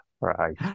Right